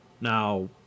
now